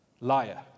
liar